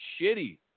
shitty